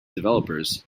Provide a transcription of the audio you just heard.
developers